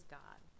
god